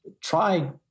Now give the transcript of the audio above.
try